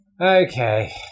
okay